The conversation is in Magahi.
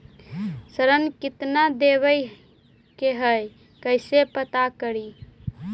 ऋण कितना देवे के है कैसे पता करी?